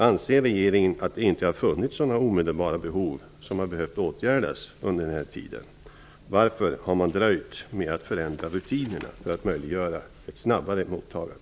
Anser regeringen att det under den här tiden inte har funnits några omedelbara behov som har behövts åtgärdas? Varför har man dröjt med att förändra rutinerna för att möjliggöra ett snabbare mottagande?